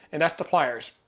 and that's the pliers.